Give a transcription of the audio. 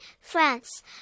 France